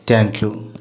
thank you